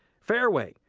fairway,